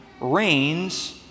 reigns